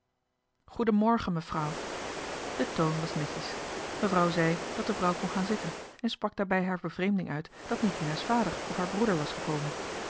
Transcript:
mefrau de toon was netjes mevrouw zei dat de vrouw kon gaan zitten en sprak daarbij haar bevreemding uit dat niet dina's vader of haar broeder was gekomen